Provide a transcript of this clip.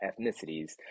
ethnicities